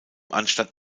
anstatt